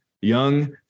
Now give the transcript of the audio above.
young